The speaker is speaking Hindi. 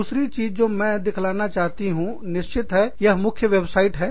दूसरी चीज जो मैं दिखलाना चाहती हूं निश्चित है यह मुख्य वेबसाइट है